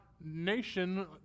nation